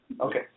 Okay